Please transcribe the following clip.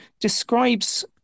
describes